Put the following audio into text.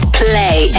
play